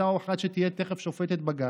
אותה אחת שתהיה תכף שופטת בג"ץ,